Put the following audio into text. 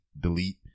delete